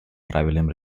правильным